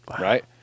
right